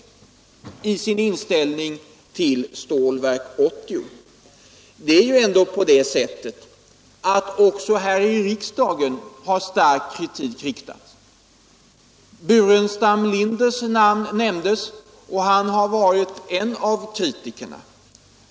Också här i riksdagen har ju stark kritik riktats mot projektet. Herr Burenstam Linders namn nämndes, och han har varit en av kritikerna.